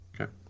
Okay